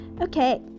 okay